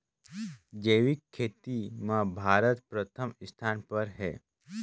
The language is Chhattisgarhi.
जैविक खेती म भारत प्रथम स्थान पर हे